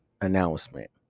announcement